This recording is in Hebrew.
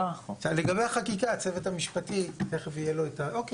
לגבי החקיקה הצוות המשפטי תיכף יהיה לו את ה אוקי,